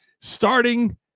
Starting